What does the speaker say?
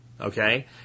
okay